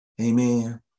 Amen